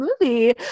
movie